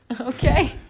Okay